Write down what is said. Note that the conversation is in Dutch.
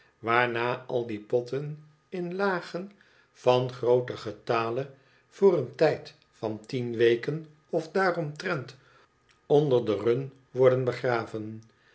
waarna al die potten in lagen van grooten getale voor een tijd van tien weken of daaromtrent onder de run worden begraven